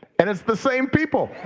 and it's the same people.